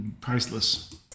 priceless